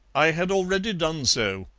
i had already done so,